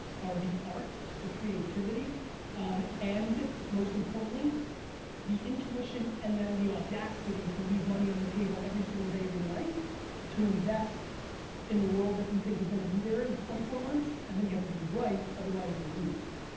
are the art, the creativity and most importantly the intuition and then the audacity to leave money on the table every single day of your life to invest in the world that you think is gonna be there in twenty four months and then you have to be right, otherwise you lose.